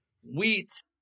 wheat